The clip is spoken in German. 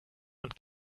und